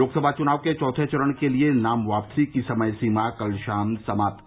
लोकसभा चुनाव के चौथे चरण के लिये नाम वापसी की समय सीमा कल शाम समाप्त